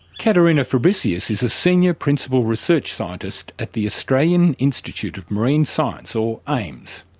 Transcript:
katharina fabricius is a senior principal research scientist at the australian institute of marine science, or aims.